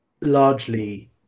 largely